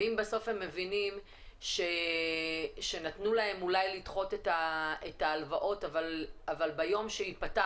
ואם בסוף הם מבינים שנתנו להם אולי לדחות את ההלוואות אבל ביום שייפתח,